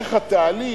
ומשך התהליך,